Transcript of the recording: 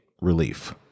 relief